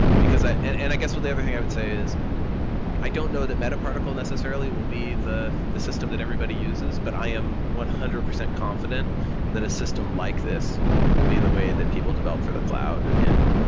because i and and i guess the other thing i would say is i don't know that metaparticle necessarily will be the the system that everybody uses, but i am one hundred percent confident that a system like this will be the way that people develop for the cloud in,